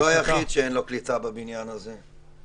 הוא לא היחיד שאין לו קליטה בניין הזה.